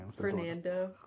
Fernando